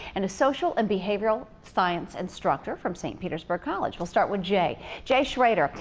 and a social and behavioral science instructor from st. petersburg college. we'll start with jay. jay schrader.